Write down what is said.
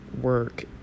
work